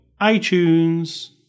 iTunes